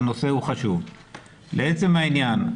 לעצם העניין.